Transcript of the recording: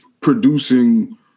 producing